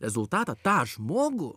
rezultatą tą žmogų